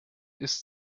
ist